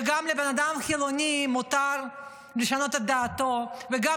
וגם לבן אדם חילוני מותר לשנות את דעתו וגם